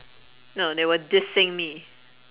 no they were dissing me